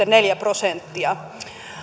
neljä prosenttia